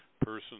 person